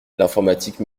l’informatique